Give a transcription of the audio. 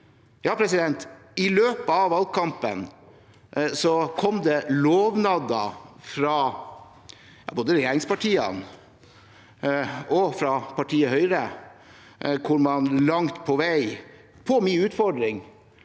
I løpet av valgkampen kom det lovnader, både fra regjeringspartiene og fra partiet Høyre, hvor man langt på vei – på min utfordring